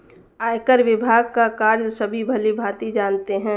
आयकर विभाग का कार्य सभी भली भांति जानते हैं